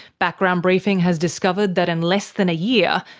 background briefing has discovered that in less than a year,